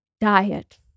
diet